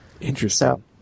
Interesting